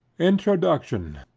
introduction